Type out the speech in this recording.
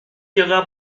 paiera